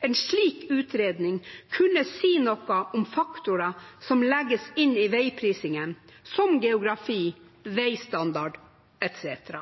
En slik utredning kunne si noe om faktorer som legges inn i vegprisingen, som geografi, vegstandard etc.